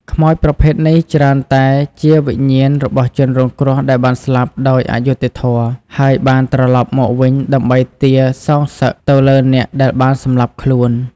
ខ្មោចប្រភេទនេះច្រើនតែជាវិញ្ញាណរបស់ជនរងគ្រោះដែលបានស្លាប់ដោយអយុត្តិធម៌ ហើយបានត្រឡប់មកវិញដើម្បីទារសងសឹកទៅលើអ្នកដែលបានសម្លាប់ខ្លួន។